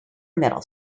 middle